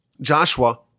Joshua